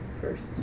first